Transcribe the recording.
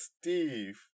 Steve